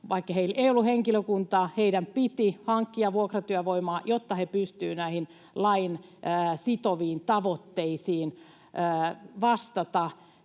vaikka heillä ei ollut henkilökuntaa, heidän piti hankkia vuokratyövoimaa, jotta he pystyivät näihin lain sitoviin tavoitteisiin vastaamaan.